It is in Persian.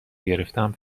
گرفتم